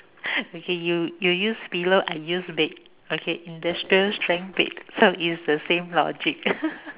okay you use pillow I use bed okay industrial strength bed so it's the same logic